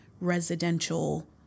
residential